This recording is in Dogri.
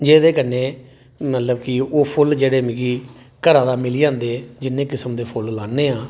जेह्दे कन्नै मतलब कि होर फुल्ल जेह्ड़े मिगी घरा दा मिली जंदे जिन्ने किसम दे फुल्ल लान्ने आं